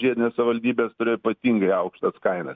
žiedinės savivaldybės turi ypatingai aukštas kainas